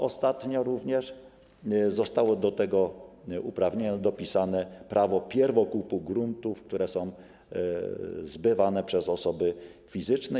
Ostatnio zostało do tego uprawnienia dopisane również prawo pierwokupu gruntów, które są zbywane przez osoby fizyczne.